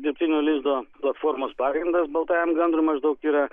dirbtinio lizdo platformos pagrindas baltajam gandrui maždaug yra